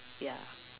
ya